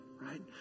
Right